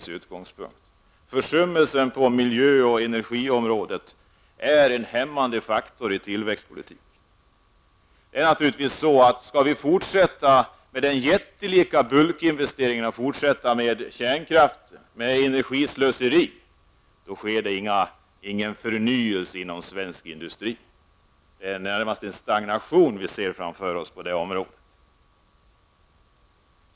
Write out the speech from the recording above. Försummelser på miljö och energiområdet är en hämmande faktor i tillväxtpolitiken. Skall vi fortsätta med jättelika bulkinvesteringar, kärnkraft och energislöseri sker ingen förnyelse inom svensk industri. Det är närmast en stagnation som vi ser framför oss.